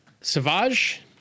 Savage